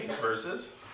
versus